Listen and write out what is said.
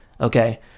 Okay